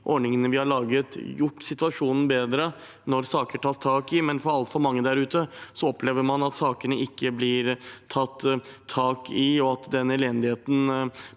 ordningene vi har laget, gjort situasjonen bedre når saker tas tak i, men altfor mange der ute opplever at sakene ikke blir tatt tak i, og at den elendigheten